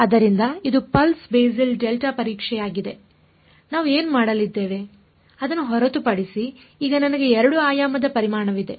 ಆದ್ದರಿಂದ ಇದು pulse basis delta ಪರೀಕ್ಷೆಯಾಗಿದೆ ನಾವು ಏನು ಮಾಡಲಿದ್ದೇವೆ ಅದನ್ನು ಹೊರತುಪಡಿಸಿ ಈಗ ನನಗೆ 2 ಆಯಾಮದ ಪರಿಮಾಣವಿದೆ